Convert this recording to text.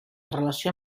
relació